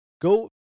Go